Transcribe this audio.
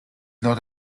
not